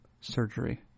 surgery